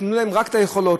רק תנו להם את היכולות,